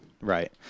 Right